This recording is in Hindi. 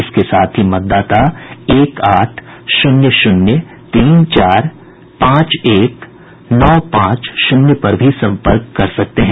इसके साथ ही मतदाता एक आठ शून्य शून्य तीन चार पांच एक नौ पांच शून्य पर भी संपर्क कर सकते हैं